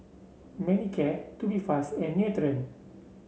Manicare Tubifast and Nutren